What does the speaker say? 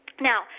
Now